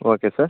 okay sir